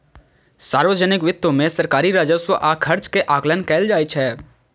सार्वजनिक वित्त मे सरकारी राजस्व आ खर्च के आकलन कैल जाइ छै